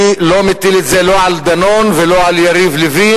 אני לא מטיל את זה לא על דנון ולא על יריב לוין